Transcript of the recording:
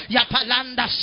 Yapalanda